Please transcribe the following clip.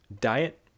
diet